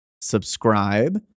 Subscribe